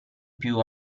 più